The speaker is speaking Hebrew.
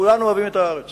כולנו אוהבים את הארץ